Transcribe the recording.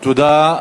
תודה.